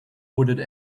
wooded